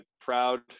proud